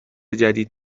جدید